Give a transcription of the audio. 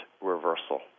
reversal